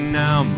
now